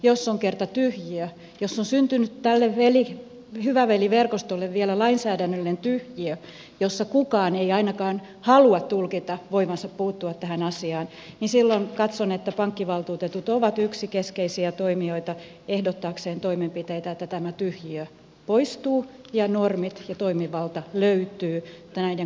jos on kerta tyhjiö jos on syntynyt tälle hyvä veli verkostolle vielä lainsäädännöllinen tyhjiö jossa kukaan ei ainakaan halua tulkita voivansa puuttua tähän asiaan niin silloin katson että pankkivaltuutetut ovat yksi keskeisiä toimijoita ehdottaakseen toimenpiteitä että tämä tyhjiö poistuu ja normit ja toimivalta löytyvät näiden kohtuuttomuuksien estämiseen